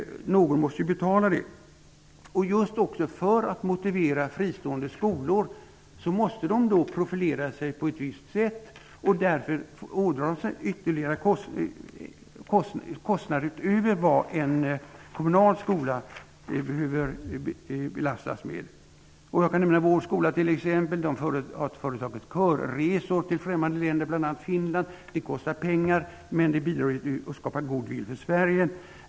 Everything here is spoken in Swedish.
Någon måste betala det. För att motivera fristående skolor måste de profilera sig på ett visst sätt. Därmed ådrar de sig ytterligare kostnader utöver vad en kommunal skola behöver belastas med. Vår skola har t.ex. företagit körresor till främmande länder, bl.a. Finland. Det kostar pengar, men det bidrar till att skapa goodwill för Sverige.